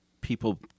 people